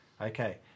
Okay